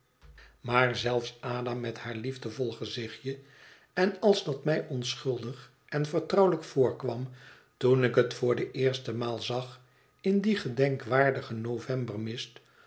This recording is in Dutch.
maar zelfs ada met haar liefdevol gezichtje en als dat mij onschuldig en vertrouwelijk voorkwam toen ik het voor de eerste maal zag in dien gedenkwaardigen